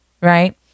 Right